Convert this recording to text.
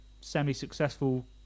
semi-successful